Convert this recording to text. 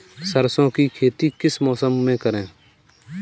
सरसों की खेती किस मौसम में करें?